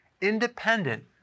independent